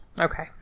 Okay